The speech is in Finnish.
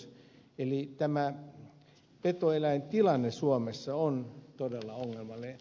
eli tämä petoeläintilanne suomessa on todella ongelmallinen